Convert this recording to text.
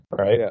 Right